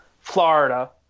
Florida